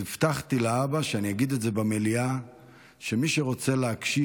הבטחתי לאבא שאני אגיד במליאה שמי שרוצה להגשים